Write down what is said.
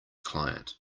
client